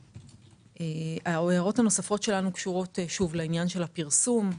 הערות נוספות שלנו קשורות לעניין הפרסום,